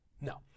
No